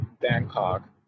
Bangkok